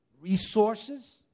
resources